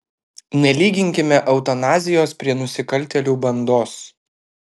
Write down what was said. nelyginkime eutanazijos prie nusikaltėlių bandos